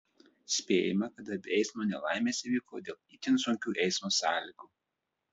spėjama kad abi eismo nelaimės įvyko dėl itin sunkių eismo sąlygų